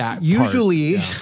Usually